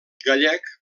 gallec